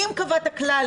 אם טובת הכלל,